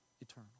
eternal